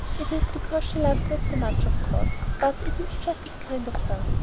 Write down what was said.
it is because she loves ned so much, of course but it is just as kind of her.